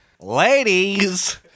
Ladies